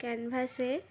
ক্যানভাসে